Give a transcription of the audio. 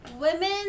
women